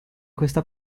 questa